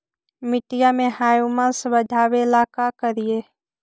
मिट्टियां में ह्यूमस बढ़ाबेला का करिए?